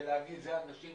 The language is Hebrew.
ולהגיד זה אנשים